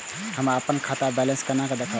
हम अपन खाता के बैलेंस केना देखब?